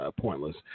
pointless